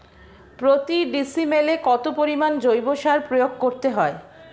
প্রতি ডিসিমেলে কত পরিমাণ জৈব সার প্রয়োগ করতে হয়?